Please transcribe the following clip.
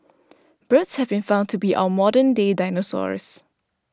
birds have been found to be our modern day dinosaurs